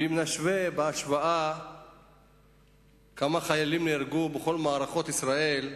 ואם נשווה, מספר החיילים שנהרגו בכל מערכות ישראל,